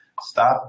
Stop